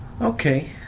okay